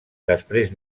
després